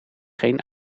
geen